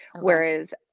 Whereas